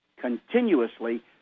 continuously